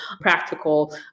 practical